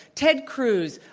ted cruz?